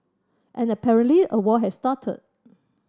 and apparently a war has started